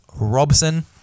Robson